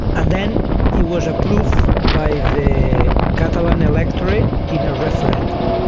and then it was approved by the catalan electorate in a referendum.